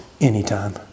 anytime